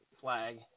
Flag